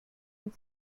and